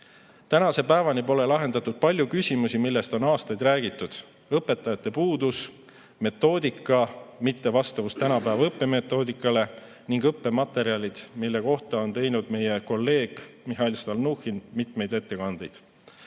Tänase päevani pole lahendatud paljusid küsimusi, millest on aastaid räägitud: õpetajate puudus, metoodika mittevastavus tänapäeva õppemetoodikale ning õppematerjalid, mille kohta on teinud meie kolleeg Mihhail Stalnuhhin mitmeid ettekandeid.